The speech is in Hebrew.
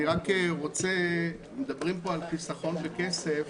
עושה זה להעביר כסף